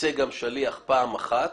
ייצא שליח פעם אחת